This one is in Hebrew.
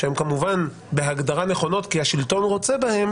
שהן כמובן בהגדרה נכונות כי השלטון רוצה בהן